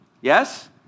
Yes